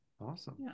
Awesome